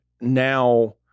now –